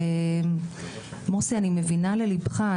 מוסי אני מבינה לליבך.